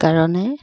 কাৰণে